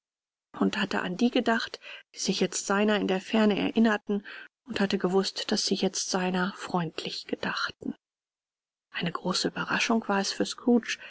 und hatte an die gedacht die sich jetzt seiner in der ferne erinnerten und hatte gewußt daß sie jetzt seiner freundlich gedachten eine große ueberraschung war es für